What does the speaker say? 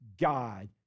God